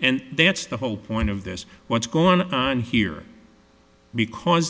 and that's the whole point of this what's going on here because